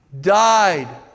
died